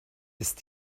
ist